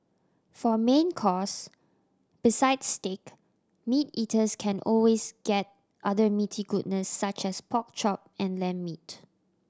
for main course besides steak meat eaters can always get other meaty goodness such as pork chop and lamb meat